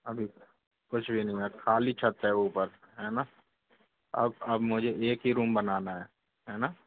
अभी कुछ भी नहीं बना है खाली छत है ऊपर है ना अब अब मुझे एक ही रूम बनाना है है ना